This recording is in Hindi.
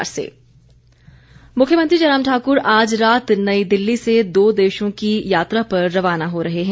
मुख्यमंत्री दौरा मुख्यमंत्री जयराम ठाकुर आज रात नई दिल्ली से दो देशों की यात्रा पर रवाना हो रहे हैं